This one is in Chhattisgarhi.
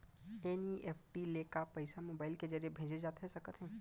एन.ई.एफ.टी ले पइसा मोबाइल के ज़रिए भेजे जाथे सकथे?